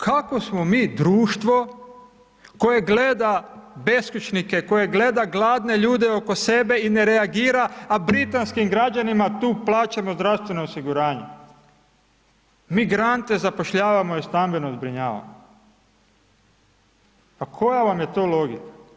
Kakvo smo mi društvo koje gleda beskućnike, koje gleda gladne ljude oko sebe i ne reagira, a pri britanskim građanima tu plaćamo zdravstveno osiguranje, migrante zapošljavamo i stambeno zbrinjavamo, pa koja vam je to logika?